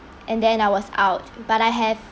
and then I was out but I have